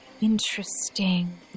Interesting